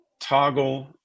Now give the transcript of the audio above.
toggle